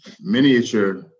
miniature